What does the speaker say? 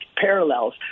parallels